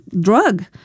drug